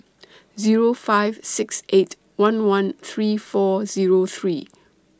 Zero five six eight one one three four Zero three